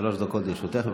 שלוש דקות לרשותך.